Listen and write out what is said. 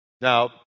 Now